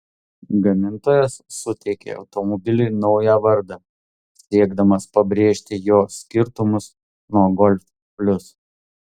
gamintojas suteikė automobiliui naują vardą siekdamas pabrėžti jo skirtumus nuo golf plius